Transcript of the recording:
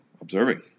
observing